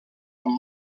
amb